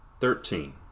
Thirteen